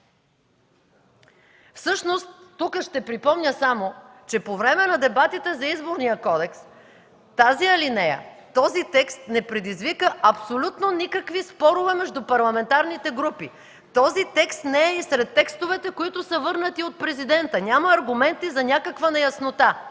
Всъщност тук ще припомня, че по време на дебатите за Изборния кодекс тази алинея, този текст не предизвика никакви спорове между парламентарните групи. Този текст не е и сред текстовете, върнати от президента. Няма аргументи за някаква неяснота.